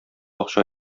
акча